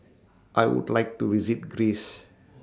I Would like to visit Greece